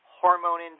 hormone